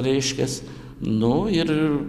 reiškias nu ir